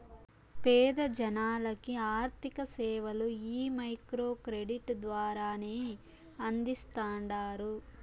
పేద జనాలకి ఆర్థిక సేవలు ఈ మైక్రో క్రెడిట్ ద్వారానే అందిస్తాండారు